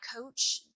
coach